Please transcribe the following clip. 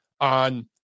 on